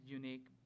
unique